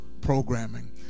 programming